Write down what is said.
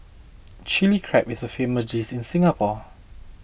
Chilli Crab is a famous dish in Singapore